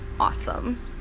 Awesome